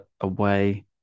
away